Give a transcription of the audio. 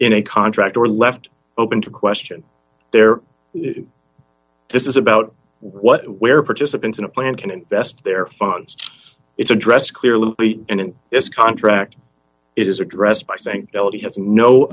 in a contract or left open to question their this is about what where participants in a plan can invest their funds it's addressed clearly and in this contract it is addressed by saying he has no